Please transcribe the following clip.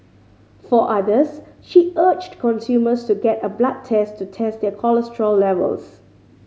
for others she urged consumers to get a blood test to test their cholesterol levels